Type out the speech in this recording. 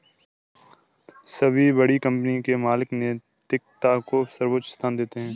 सभी बड़ी कंपनी के मालिक नैतिकता को सर्वोच्च स्थान देते हैं